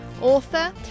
author